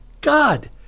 God